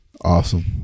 Awesome